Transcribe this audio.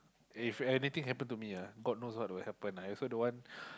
if anything happen to me ah god knows what will happen I also don't want